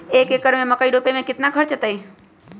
एक एकर में मकई रोपे में कितना खर्च अतै?